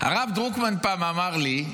הרב דרוקמן פעם אמר לי,